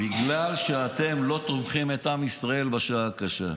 בגלל שאתם לא תומכים את עם ישראל בשעה הקשה.